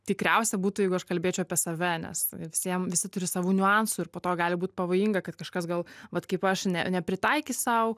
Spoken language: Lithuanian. tikriausiai būtų jeigu aš kalbėčiau apie save nes visiem visi turi savų niuansų ir po to gali būt pavojinga kad kažkas gal vat kaip aš ne nepritaikys sau